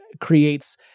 creates